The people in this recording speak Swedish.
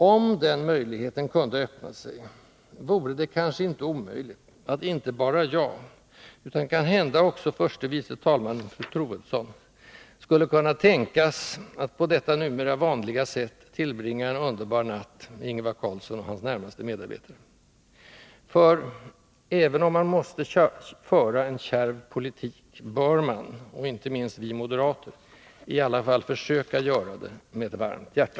Om den möjligheten kunde öppna sig vore det kanske inte omöjligt att inte bara jag utan kanhända också förste vice talmannen fru Troedsson på numera vanligt sätt kunde tillbringa en underbar natt med Ingvar Carlsson och hans närmaste medarbetare. För även om man måste föra en kärv politik bör man — och inte minst vi moderater — i alla fall försöka göra det med ett varmt hjärta.